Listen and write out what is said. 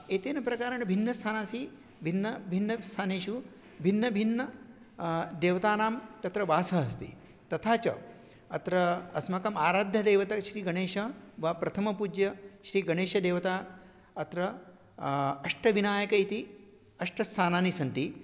एतेन प्रकारेण भिन्नस्थानानि भिन्नभिन्नस्थानेषु भिन्नभिन्न देवतानां तत्र वासः अस्ति तथा च अत्र अस्माकम् आराध्यदेवता श्रीगणेशः वा प्रथमपूज्यश्रीगणेशदेवता अत्र अष्ट विनायकः इति अष्ट स्थानानि सन्ति